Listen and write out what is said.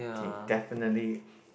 okay definitely